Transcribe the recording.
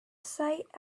sight